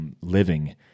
Living